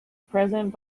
present